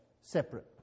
separate